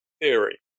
Theory